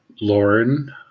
lauren